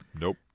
Nope